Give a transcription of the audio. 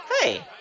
hey